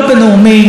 לא בנאומים,